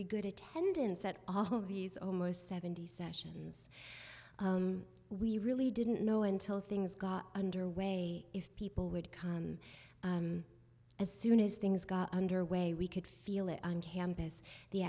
be good attendance at all these almost seventy sessions we really didn't know until things got underway if people would come as soon as things got underway we could feel it on campus the